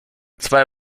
zwei